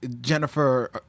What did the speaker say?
Jennifer